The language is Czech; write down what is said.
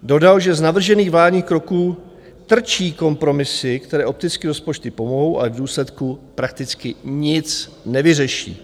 Dodal, že z navržených vládních kroků trčí kompromisy, které opticky rozpočtu pomohou, ale v důsledku prakticky nic nevyřeší.